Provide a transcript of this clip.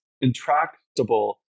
intractable